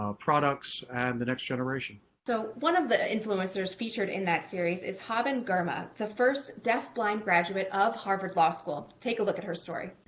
ah products and the next generation. so one of the influencers featured in series is haben girma, the first deaf-blind graduate of harvard law school. take a look at her story.